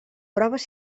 proves